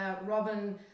Robin